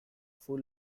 full